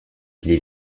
les